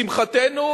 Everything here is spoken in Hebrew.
לשמחתנו